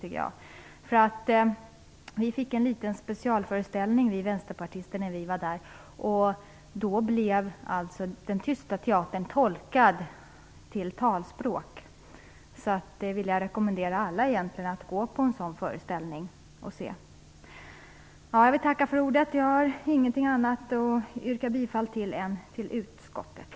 Vi vänsterpartister fick en liten specialföreställning när vi var där. Den tysta teatern tolkades då till talspråk. Jag vill rekommendera alla att gå på en sådan föreställning. Jag vill tacka för ordet. Jag yrkar inte bifall till något annat än utskottets hemställan.